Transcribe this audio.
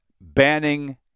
banning